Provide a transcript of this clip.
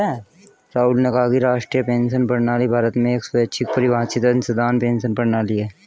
राहुल ने कहा कि राष्ट्रीय पेंशन प्रणाली भारत में एक स्वैच्छिक परिभाषित अंशदान पेंशन प्रणाली है